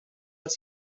els